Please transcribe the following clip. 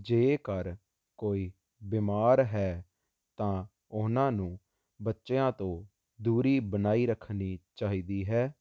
ਜੇਕਰ ਕੋਈ ਬੀਮਾਰ ਹੈ ਤਾਂ ਉਹਨਾਂ ਨੂੰ ਬੱਚਿਆਂ ਤੋਂ ਦੂਰੀ ਬਣਾਈ ਰੱਖਣੀ ਚਾਹੀਦੀ ਹੈ